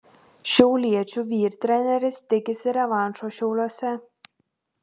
šiauliečių vyr treneris tikisi revanšo šiauliuose